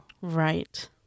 right